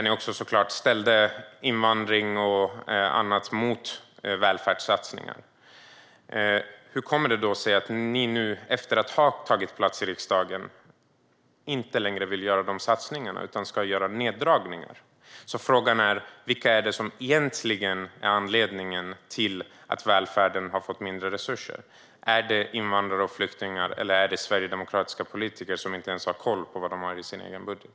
Ni ställde såklart också invandring och annat mot välfärdssatsningarna. Hur kommer det sig då att ni nu, efter att ha tagit plats i riksdagen, inte längre vill göra de satsningarna utan ska göra neddragningar? Frågan är: Vilka är det egentligen som är anledningen till att välfärden har fått mindre resurser? Är det invandrare och flyktingar, eller är det sverigedemokratiska politiker som inte ens har koll på vad de har i sin egen budget?